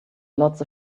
lots